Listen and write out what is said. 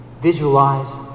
Visualize